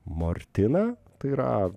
mortiną tai yra